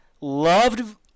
loved –